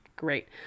Great